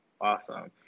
awesome